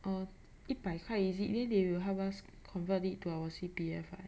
err 一百块 is it then they will help us convert it to our C_P_F [what]